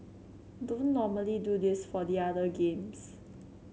don't normally do this for the other games